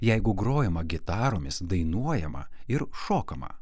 jeigu grojama gitaromis dainuojama ir šokama